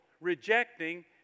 rejecting